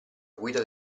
guida